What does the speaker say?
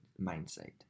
mindset